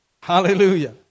Hallelujah